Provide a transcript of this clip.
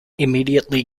immediately